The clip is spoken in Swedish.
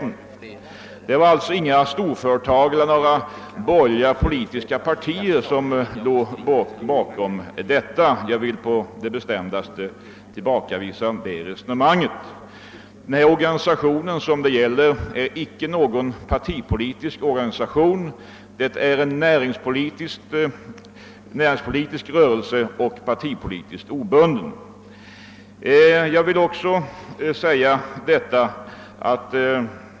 Här var det alltså inte några stora företag eller borgerliga politiska partier som låg bakom kampanjen. Resonemang i den riktningen vill vi på det bestämdaste tillbakavisa. Den organisation det gäller är icke partipolitisk. Den är en näringspolitisk rörelse och partipolitiskt obunden.